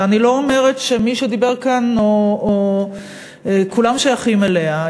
ואני לא אומרת שמי שדיברו כאן כולם שייכים אליה,